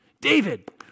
David